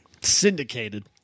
Syndicated